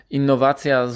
innowacja